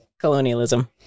colonialism